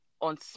on